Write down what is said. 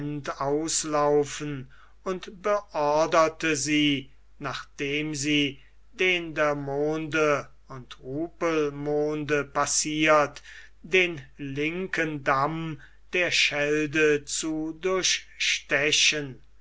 auslaufen und beorderte sie nachdem sie dendermonde und rupelmonde passiert den linken damm der schelde zu durchstechen